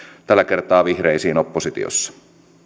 tällä kertaa vihreisiin oppositiossa